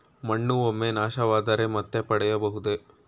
ಮಣ್ಣು ಒಮ್ಮೆ ನಾಶವಾದರೆ ಮತ್ತೆ ಪಡೆಯಬಹುದೇ?